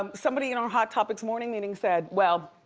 um somebody in our hot topics morning meeting said well,